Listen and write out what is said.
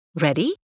Ready